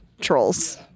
trolls